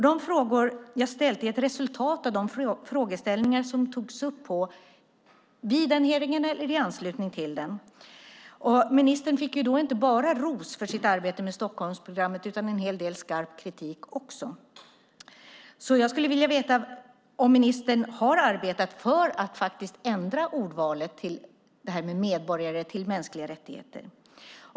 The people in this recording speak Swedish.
De frågor jag har ställt är ett resultat av de frågeställningar som togs upp vid den hearingen eller i anslutning till den. Ministern fick inte bara ros för sitt arbete med Stockholmsprogrammet utan också en hel del skarp kritik. Jag skulle alltså vilja veta om ministern har arbetat för att faktiskt ändra ordvalet från "medborgarrättigheter" till "mänskliga rättigheter".